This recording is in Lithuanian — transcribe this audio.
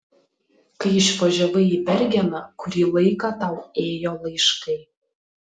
kai išvažiavai į bergeną kurį laiką tau ėjo laiškai